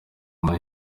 muri